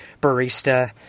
barista